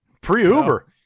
Pre-Uber